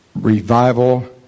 Revival